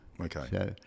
Okay